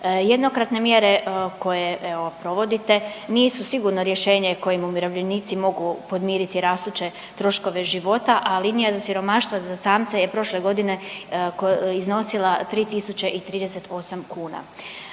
Jednokratne mjere koje evo, provodite nisu sigurno rješenje kojim umirovljenici mogu podmiriti rastuće troškove života, a linija za siromaštvo za samce je prošle godine iznosila 3 038 kn.